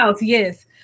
yes